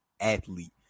athlete